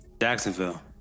Jacksonville